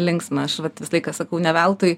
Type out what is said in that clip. linksma aš vat visą laiką sakau ne veltui